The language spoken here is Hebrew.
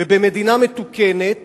במדינה מתוקנת